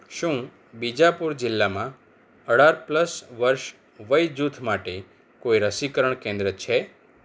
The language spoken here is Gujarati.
શું બીજાપુર જિલ્લામાં અઢાર પ્લશ વર્ષ વયજૂથ માટે કોઈ રસીકરણ કેન્દ્ર છે